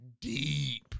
deep